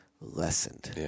lessened